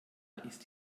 ist